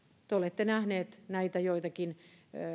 te olette nähneet näitä joitakin